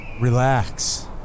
Relax